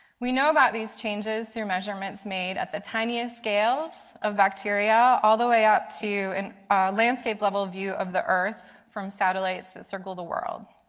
we know about the changes to measurements made at the tiniest scales of bacteria all the way out to and ah landscape level view of the earth, from satellite that circles the world.